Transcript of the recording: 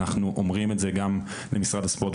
ואנחנו אומרים את זה גם למשרד הספורט,